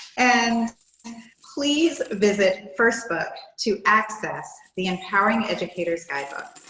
and please visit and first book to access the empowering educators guidebook.